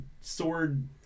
sword